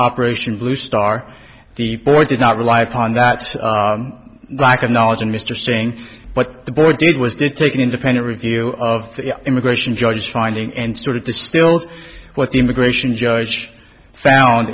operation bluestar the boy did not rely upon that lack of knowledge and mr saying what the boy did was did take an independent review of the immigration judge finding and sort of distilled what the immigration judge found